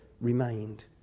remained